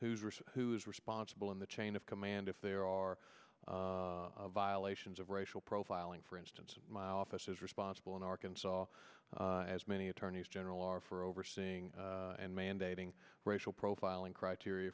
who's responsible in the chain of command if there are violations of racial profiling for instance my office is responsible in arkansas as many attorneys general are for overseeing and mandating racial profiling criteria